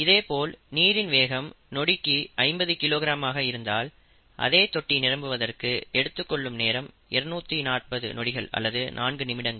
இதேபோல் நீரின் வேகம் நொடிக்கு 50 கிலோகிராம் ஆக இருந்தால் அதே தொட்டி நிரம்புவதற்கு எடுத்துக் கொள்ளும் நேரம் 240 நொடிகள் அல்லது 4 நிமிடங்கள்